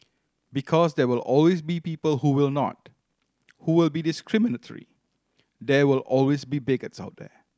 because there will always be people who will not who will be discriminatory there will always be bigots out there